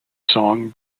song